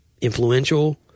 influential